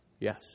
Yes